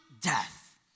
death